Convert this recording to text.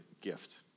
gift